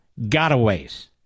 gotaways